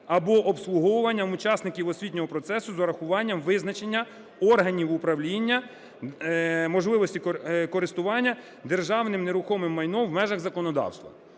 або обслуговуванням учасників освітнього процесу з урахуванням визначення органів управління можливості користування державним нерухомим майном в межах законодавства.